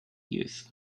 youth